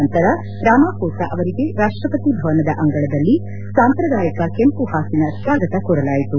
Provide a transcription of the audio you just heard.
ನಂತರ ರಾಮಾಫೋಸಾ ಅವರಿಗೆ ರಾಷ್ಟಪತಿ ಭವನದ ಅಂಗಳದಲ್ಲಿ ಸಾಂಪ್ರದಾಯಿಕ ಕೆಂಪುಹಾಸಿನ ಸ್ವಾಗತ ಕೋರಲಾಯಿತು